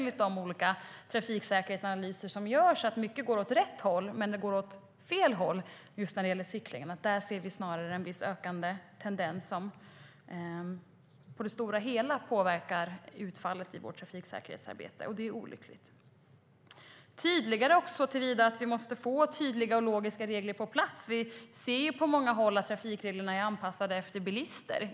I de olika trafiksäkerhetsanalyser som görs ser vi att mycket går åt rätt håll, men det går tyvärr åt fel håll just när det gäller cyklingen. Där ser vi snarare en ökande tendens som på det stora hela påverkar utfallet i vårt trafiksäkerhetsarbete. Det är olyckligt. Det ska bli tydligare så till vida att vi måste få tydliga och logiska regler på plats. På många håll ser vi att trafikreglerna är anpassade efter bilister.